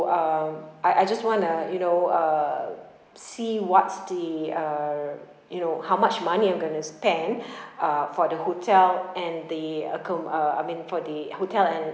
um I I just want uh you know uh see what's the uh you know how much money I'm going to spend uh for the hotel and the accom~ uh I mean for the hotel and